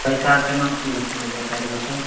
पैसा केना की होतय बता देबहो तब ने